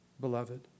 beloved